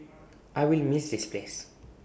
I will miss this place